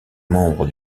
membre